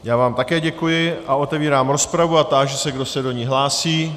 Já vám také děkuji a otevírám rozpravu a táži se, kdo se do ní hlásí.